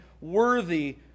worthy